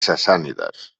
sassànides